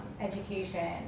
education